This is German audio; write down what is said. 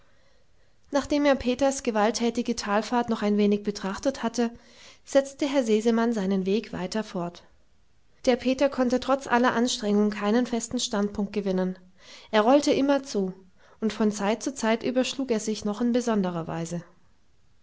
nachdem er peters gewalttätige talfahrt noch ein wenig betrachtet hatte setzte herr sesemann seinen weg weiter fort der peter konnte trotz aller anstrengung keinen festen standpunkt gewinnen er rollte immerzu und von zeit zu zeit überschlug er sich noch in besonderer weise